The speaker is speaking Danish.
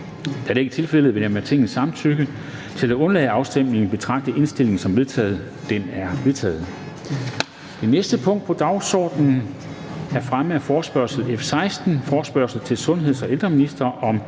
Da det ikke er tilfældet, vil jeg med Tingets samtykke til at undlade afstemning betragte indstillingen som vedtaget. Den er vedtaget. --- Det næste punkt på dagsordenen er: 4) Spørgsmål om fremme af forespørgsel nr. F 16: Forespørgsel til sundheds- og ældreministeren om